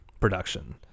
production